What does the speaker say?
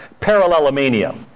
parallelomania